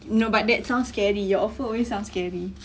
no but that sounds scary your offer always sounds scary